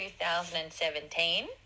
2017